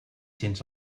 cents